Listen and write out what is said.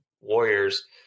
Warriors